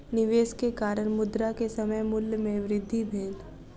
निवेश के कारण, मुद्रा के समय मूल्य में वृद्धि भेल